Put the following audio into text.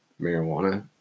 marijuana